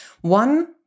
One